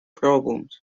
problems